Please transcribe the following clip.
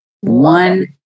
one